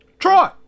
Troy